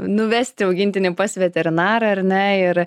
nuvesti augintinį pas veterinarą ar ne ir